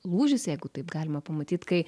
lūžis jeigu taip galima pamatyt kai